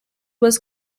was